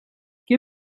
què